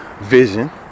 Vision